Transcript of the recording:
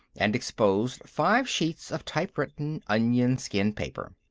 and exposed five sheets of typewritten onion-skin paper.